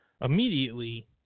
immediately